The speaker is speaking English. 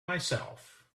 myself